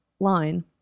Line